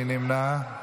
מי נמנע?